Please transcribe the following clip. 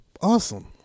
awesome